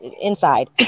inside